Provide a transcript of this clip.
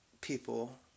people